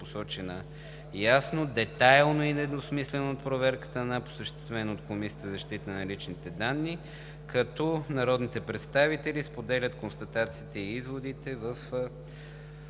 посочена ясно, детайлно и недвусмислено от проверката на НАП, осъществена от Комисията за защита на личните данни.“ Народните представители споделят констатациите и изводите в